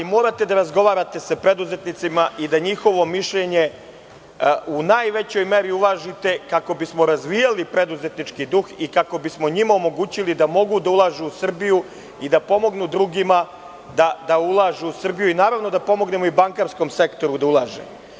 Morate da razgovarate sa preduzetnicima i da njihovo mišljenje u najvećoj meri uvažite kako bismo razvijali preduzetnički duh i kako bismo njima omogućili da mogu da ulažu u Srbiju i da pomognu drugima da ulažu u Srbiju i, naravno, da pomognemo i bankarskom sektoru da ulaže.